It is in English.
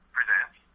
Presents